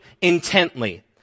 intently